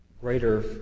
greater